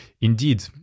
indeed